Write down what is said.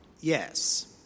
Yes